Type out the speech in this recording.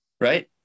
Right